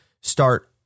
start